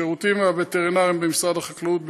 השירותים הווטרינריים במשרד החקלאות,